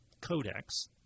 codex